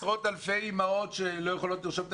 אני מדבר איתך על עשרות אלפי אימהות שלא יכולות לרשום את